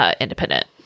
independent